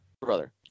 Brother